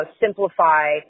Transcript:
simplify